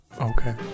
Okay